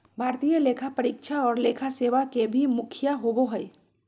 भारतीय लेखा परीक्षा और लेखा सेवा के भी मुखिया होबो हइ